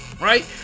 right